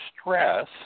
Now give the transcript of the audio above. stress